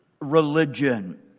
religion